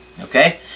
okay